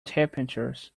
temperatures